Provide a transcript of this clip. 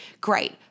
Great